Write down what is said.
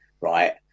right